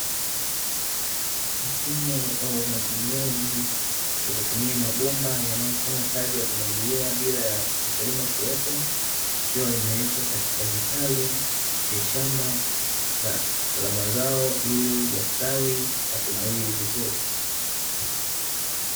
Mfumo wa umwagiliaji kwa kutumia mabomba yanayofanya kazi ya kumwagilia bila ya mkulima kuwepo, ikiwa imewekwa katika vitalu vya shamba la mazao ili yastawi na kunawiri vizuri.